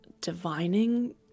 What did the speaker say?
divining